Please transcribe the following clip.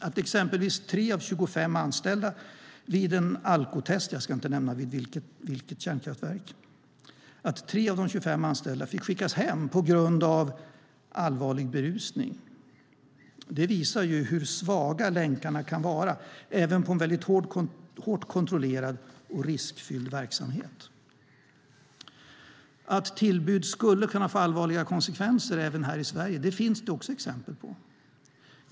Att exempelvis tre av 25 anställda vid en alkotest - jag ska inte nämna vid vilket kärnkraftverk - fick skickas hem på grund av allvarlig berusning visar hur svaga länkarna kan vara, även i en hårt kontrollerad och riskfylld verksamhet. Att tillbud skulle kunna få allvarliga konsekvenser även här i Sverige finns det också exempel på.